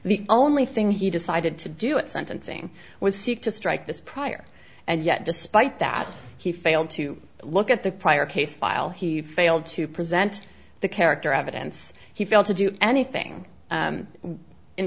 the only thing he decided to do at sentencing was seek to strike this prior and yet despite that he failed to look at the prior case file he failed to present the character evidence he failed to do anything